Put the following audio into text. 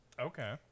okay